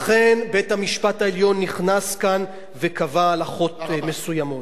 לכן בית-המשפט העליון נכנס כאן וקבע הלכות מסוימות.